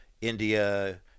India